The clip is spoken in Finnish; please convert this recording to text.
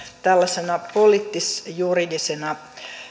tällaisena poliittis juridisena